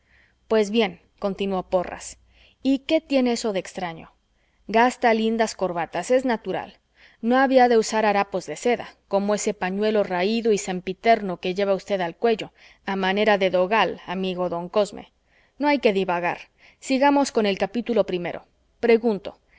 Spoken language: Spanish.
pues bien continuó porras y qué tiene eso de extraño gasta lindas corbatas es natural no había de usar harapos de seda como ese pañuelo raído y sempiterno que lleva usted al cuello a manera de dogal amigo don cosme no hay que divagar sigamos con el capítulo primero pregunto